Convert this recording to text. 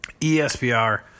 espr